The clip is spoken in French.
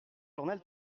journal